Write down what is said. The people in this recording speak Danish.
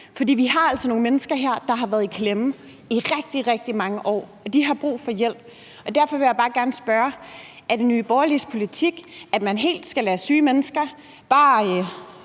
for vi har altså nogle mennesker her, der har været i klemme i rigtig, rigtig mange år, og de har brug for hjælp. Derfor vil jeg bare gerne spørge, om det er Nye Borgerliges politik, at man skal lade syge mennesker være